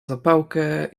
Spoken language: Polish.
zapałkę